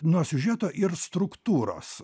nuo siužeto ir struktūros